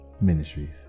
Ministries